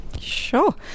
Sure